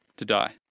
to die.